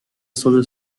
solo